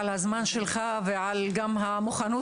תודה רבה על הזמן שלך וגם על המוכנות